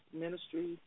ministry